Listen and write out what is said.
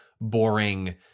boring